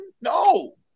No